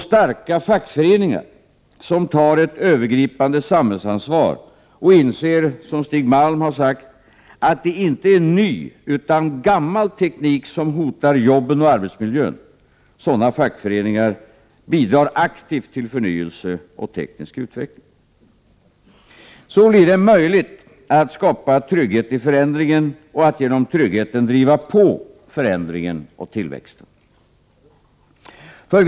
Starka fackföreningar som tar ett övergripande samhällsansvar och inser — som Stig Malm har sagt — att det inte är ny, utan gammal teknik som hotar jobben och arbetsmiljön, bidrar aktivt till förnyelse och teknisk utveckling. Så blir det möjligt att skapa trygghet i förändringen — och att genom tryggheten driva på förändringen och tillväxten.